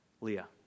Leah